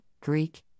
Greek